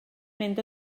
mynd